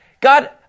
God